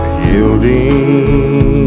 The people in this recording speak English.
yielding